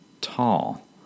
tall